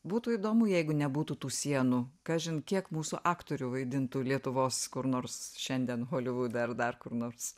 būtų įdomu jeigu nebūtų tų sienų kažin kiek mūsų aktorių vaidintų lietuvos kur nors šiandien holivude ar dar kur nors